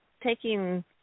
taking